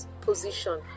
position